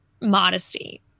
modesty